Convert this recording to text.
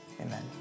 Amen